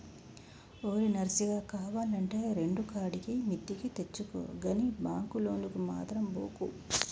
ఓరి నర్సిగా, కావాల్నంటే రెండుకాడికి మిత్తికి తెచ్చుకో గని బాంకు లోనుకు మాత్రం బోకు